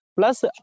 Plus